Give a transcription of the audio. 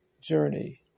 journey